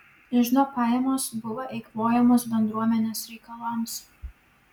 iždo pajamos buvo eikvojamos bendruomenės reikalams